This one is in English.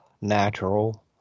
Natural